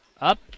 Up